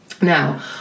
Now